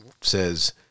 says